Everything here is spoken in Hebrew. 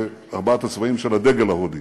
ארבעת הצבעים של הדגל ההודי: